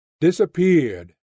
disappeared